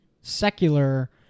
secular